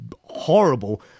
horrible